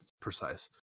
precise